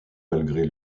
malgré